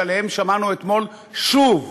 שעליהן שמענו אתמול שוב.